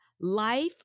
life